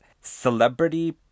celebrity